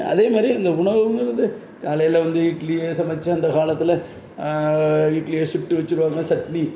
அதே மாதிரி இந்த உணவுங்கிறது காலையில வந்து இட்லியை சமைச்சி அந்தக் காலத்தில் இட்லியை சுட்டு வச்சிருவாங்க சட்னி